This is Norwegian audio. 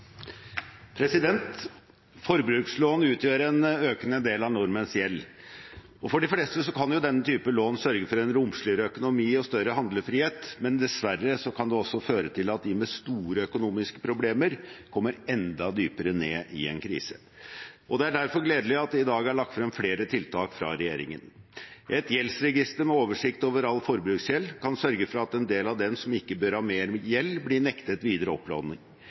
Forbrukslån utgjør en økende del av nordmenns gjeld. For de fleste kan denne typen lån sørge for en romsligere økonomi og større handlefrihet, men dessverre kan det også føre til at de med store økonomiske problemer kommer enda dypere ned i en krise. Det er derfor gledelig at det i dag er lagt frem flere tiltak fra regjeringen. Et gjeldsregister med oversikt over all forbruksgjeld kan sørge for at en del av dem som ikke bør har mer gjeld, blir nektet videre opplåning.